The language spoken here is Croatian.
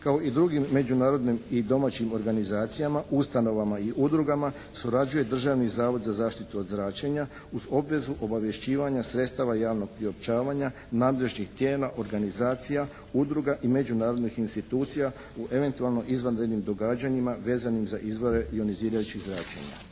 kao i drugim međunarodnim i domaćim organizacijama, ustanovama i udrugama surađuje Državni zavod za zaštitu od zračenja uz obvezu obavješćivanja sredstava javnog priopćavanja, nadležnih tijela organizacija, udruga, i međunarodnih institucija u eventualno izvanrednim događanjima vezanim za izvore ionizirajućih zračenja.